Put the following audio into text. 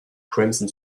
crimson